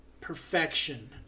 perfection